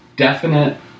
definite